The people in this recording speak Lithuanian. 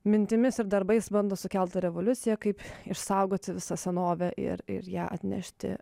mintimis ir darbais bando sukelti revoliuciją kaip išsaugoti visą senovę ir ir ją atnešti